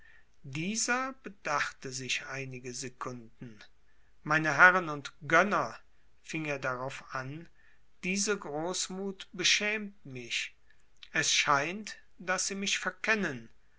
dieser bedachte sich einige sekunden meine herren und gönner fing er darauf an diese großmut beschämt mich es scheint daß sie mich verkennen